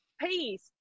peace